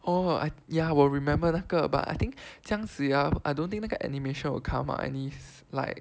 oh I ya 我 remember 那个 but I think 姜子牙 I don't think 那个 animation will come out any s~ like